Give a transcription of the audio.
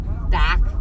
back